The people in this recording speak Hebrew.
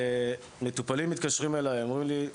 מטופלים מתקשרים אליי,